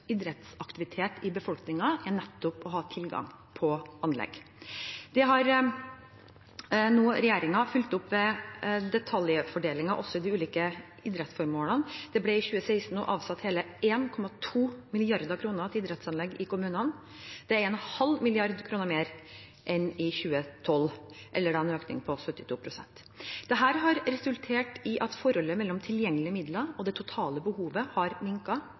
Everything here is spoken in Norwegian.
idrettsaktivitet i befolkningen er nettopp å ha tilgang på anlegg. Det har nå regjeringen fulgt opp med detaljfordeling til de ulike idrettsformålene. Det ble i 2016 avsatt hele 1,2 mrd. kr til idrettsanlegg i kommunene. Det er 0,5 mrd. kr mer enn i 2012, eller en økning på 72 pst. Dette har resultert i at forholdet mellom tilgjengelige midler og det totale behovet har